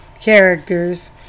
characters